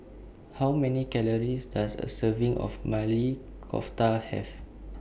How Many Calories Does A Serving of Maili Kofta Have